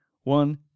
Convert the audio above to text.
One